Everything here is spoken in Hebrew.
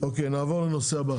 נעבור לנושא הבא